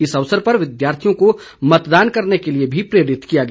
इस अवसर पर विद्यार्थियों को मतदान करने के लिए भी प्रेरित किया गया